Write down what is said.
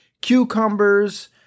cucumbers